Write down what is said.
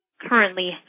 currently